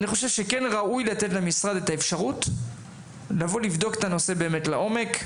חושב שכן ראוי לתת למשרד אפשרות לבדוק את הנושא הזה באמת לעומק.